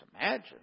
imagine